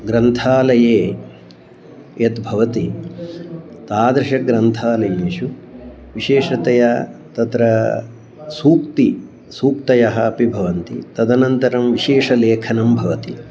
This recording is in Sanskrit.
ग्रन्थालये यत् भवति तादृशेषु ग्रन्थालयेषु विशेषतया तत्र सूक्तयः सूक्तयः अपि भवन्ति तदनन्तरं विशेषलेखनं भवति